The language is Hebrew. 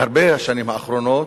בהרבה מהשנים האחרונות,